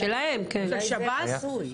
שב"ס?